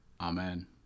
Amen